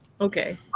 okay